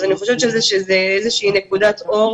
אני חושבת שזו איזה שהיא נקודת אור